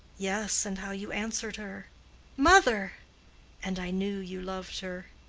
yes, and how you answered her mother and i knew you loved her.